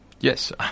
Yes